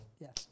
Yes